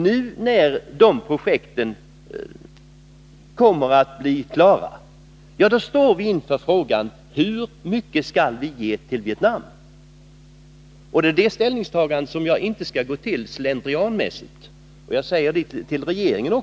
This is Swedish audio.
Nu, när de projekten kommer att bli klara, står vi inför frågan: Hur mycket skall vi nu ge till Vietnam? Och jag vill inte att det ställningstagandet skall ske slentrianmässigt; det säger jag också till regeringen.